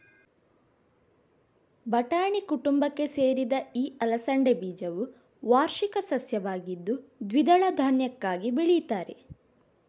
ಬಟಾಣಿ ಕುಟುಂಬಕ್ಕೆ ಸೇರಿದ ಈ ಅಲಸಂಡೆ ಬೀಜವು ವಾರ್ಷಿಕ ಸಸ್ಯವಾಗಿದ್ದು ದ್ವಿದಳ ಧಾನ್ಯಕ್ಕಾಗಿ ಬೆಳೀತಾರೆ